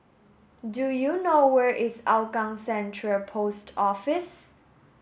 do you know where is Hougang Central Post Office